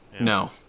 No